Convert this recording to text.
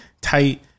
tight